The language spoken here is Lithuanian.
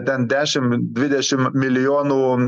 ten dešim dvidešim milijonų